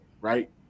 right